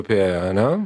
rūpėjo ane